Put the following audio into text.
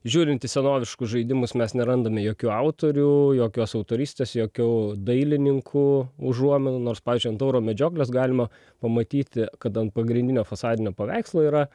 žiūrint į senoviškus žaidimus mes nerandame jokių autorių jokios autorystės jokių dailininkų užuominų nors pavyzdžiui ant tauro medžioklės galima pamatyti kad ant pagrindinio fasadinio paveikslo yra